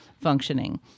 functioning